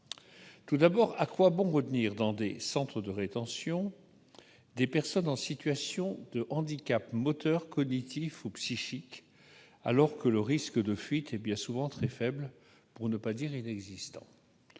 Tout d'abord, à quoi bon retenir dans des centres de rétention des personnes en situation de handicap moteur, cognitif ou psychique, alors que le risque de fuite est bien souvent très faible, pour ne pas dire inexistant ?